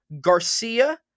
Garcia